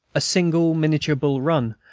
a single miniature bull run,